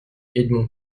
edmond